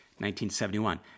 1971